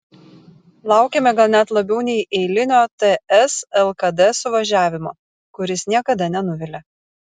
laukėme gal net labiau nei eilinio ts lkd suvažiavimo kuris niekada nenuvilia